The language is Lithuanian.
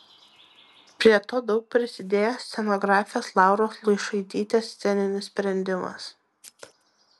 prie to daug prisidėjo scenografės lauros luišaitytės sceninis sprendimas